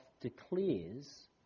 declares